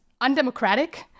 undemocratic